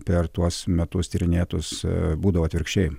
per tuos metus tyrinėtus būdavo atvirkščiai